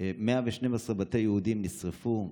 112 בתי יהודים נשרפו,